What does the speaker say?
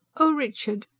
oh, richard!